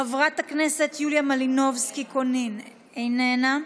חברת הכנסת יוליה מלינובסקי קונין, איננה,